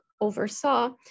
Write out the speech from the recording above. oversaw